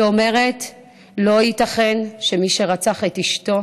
שאומרת: לא ייתכן שמי שרצח את אשתו